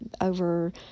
over